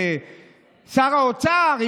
שר האוצר,